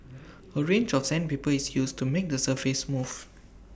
A range of sandpaper is used to make the surface smooth